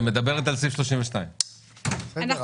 היא מדברת על סעיף 32. בסדר,